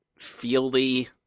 Fieldy